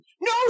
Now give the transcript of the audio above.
no